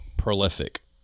Prolific